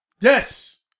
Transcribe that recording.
Yes